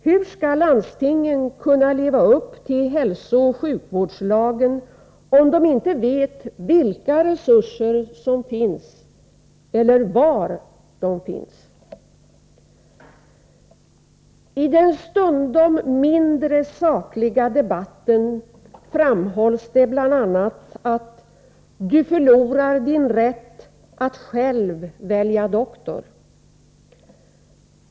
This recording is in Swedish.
Hur skall landstingen kunna leva upp till hälsooch sjukvårdslagen om de inte vet vilka resurser som finns och var de finns? I den ”stundom mindre sakliga debatten” framhålls det bl.a. att ”du förlorar din rätt att själv välja doktor”.